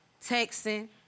texting